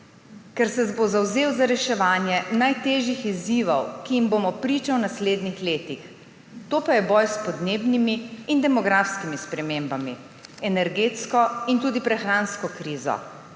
Ker se bo zavzel za reševanje najtežjih izzivov, ki jim bomo priča v naslednjih letih, to pa je boj s podnebnimi in demografskimi spremembami, energetsko in tudi prehransko krizo,